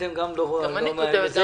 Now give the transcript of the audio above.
מכתבך מיום: 04 לפברואר 2021,